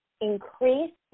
increase